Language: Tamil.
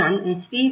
அங்குதான் ஹச்